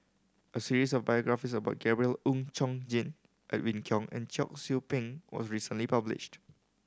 a series of biographies about Gabriel Oon Chong Jin Edwin Koek and Cheong Soo Pieng was recently published